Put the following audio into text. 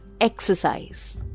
Exercise